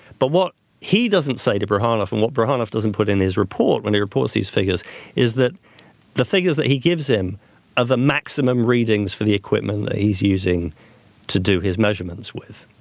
but what he doesn't say to bryukhanov and what bryukhanov doesn't put in his report when he reports these figures is that the figures that he gives him are the maximum readings for the equipment that he's using to do his measurements with.